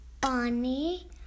Bonnie